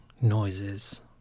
noises